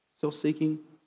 self-seeking